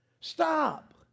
Stop